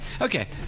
Okay